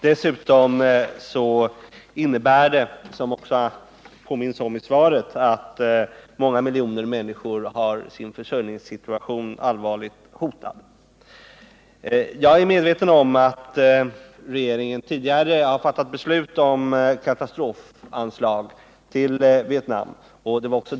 Dessutom innebär detta, som också påminns om i svaret, att många miljoner människor fått sin försörjningssituation allvarligt hotad. Jag är medveten om att regeringen tidigare fattat beslut om katastrofanslag till Vietnam.